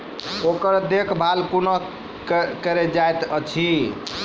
ओकर देखभाल कुना केल जायत अछि?